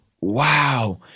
Wow